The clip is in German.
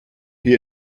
hier